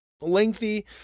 lengthy